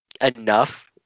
enough